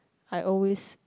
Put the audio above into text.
I always